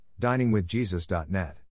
diningwithjesus.net